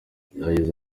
yagize